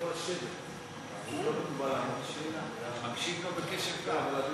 אני מקשיב לו בקשב רב.